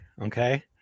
okay